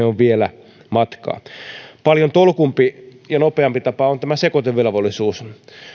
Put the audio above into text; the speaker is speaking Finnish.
on vielä matkaa paljon tolkumpi ja nopeampi tapa on tämä sekoitevelvollisuus